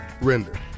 Render